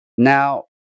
Now